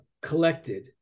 collected